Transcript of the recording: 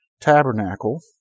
tabernacle